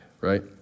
right